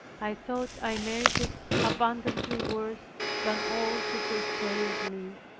i thought i merited abundantly worse than all he could say of me,